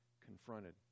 confronted